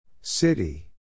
City